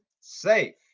safe